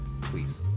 please